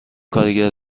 کار